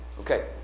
Okay